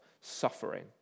suffering